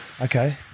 okay